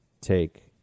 take